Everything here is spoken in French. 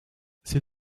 c’est